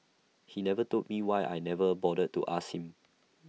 he never told me why I never bothered to ask him